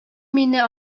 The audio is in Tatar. мине